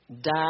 die